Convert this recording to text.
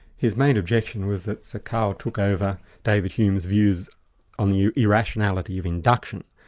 his main objection was that sir karl took over david hume's views on the irrationality of induction,